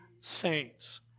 saints